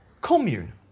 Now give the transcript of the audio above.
Commune